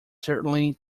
certainly